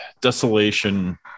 Desolation